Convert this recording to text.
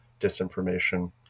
disinformation